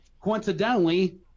coincidentally